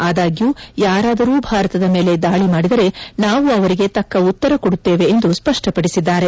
ಆದಾಗ್ಲೂ ಯಾರಾದರೂ ಭಾರತದ ಮೇಲೆ ದಾಳಿ ಮಾಡಿದರೆ ನಾವು ಅವರಿಗೆ ತಕ್ಷ ಉತ್ತರ ಕೊಡುತ್ತೇವೆ ಎಂದು ಸ್ಪಷ್ಟಪಡಿಸಿದ್ದಾರೆ